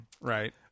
right